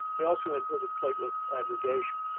they also inhibit platelet aggregation.